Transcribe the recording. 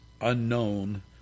unknown